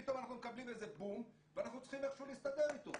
פתאום אנחנו מקבלים איזה בום ואנחנו צריכים איכשהו להסתדר איתו.